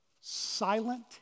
silent